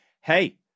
Hey